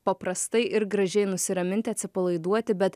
paprastai ir gražiai nusiraminti atsipalaiduoti bet